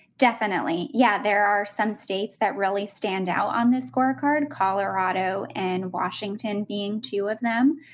definitely. yeah. there are some states that really stand out on this scorecard, colorado and washington being two of them.